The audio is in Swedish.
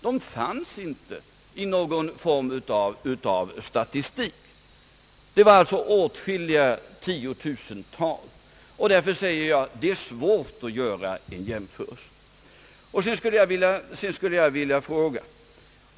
De fanns inte med i någon form av statistik. Det var säkert åtskilliga tiotusental människor. Det är således svårt att göra jämförelser.